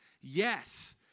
yes